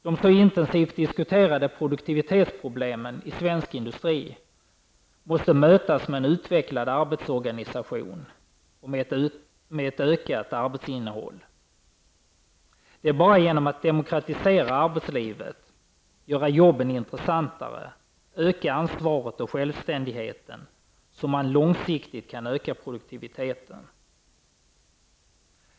De så intensivt diskuterade produktivitetsproblemen i svensk industri måste mötas med en utvecklad arbetsorganisation och med ett ökat arbetsinnehåll. Det är bara genom att demokratisera arbetslivet, göra jobben intressantare samt genom att öka ansvaret och självständigheten som man långsiktigt kan öka produktiviteten.